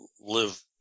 live